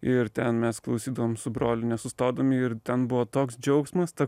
ir ten mes klausydavom su broliu nesustodami ir ten buvo toks džiaugsmas ta